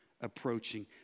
approaching